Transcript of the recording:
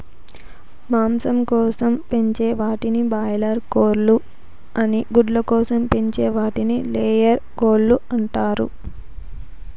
మాంసం కోసం పెంచే వాటిని బాయిలార్ కోళ్ళు అని గుడ్ల కోసం పెంచే వాటిని లేయర్ కోళ్ళు అంటారు